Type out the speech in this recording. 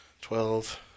twelve